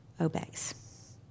obeys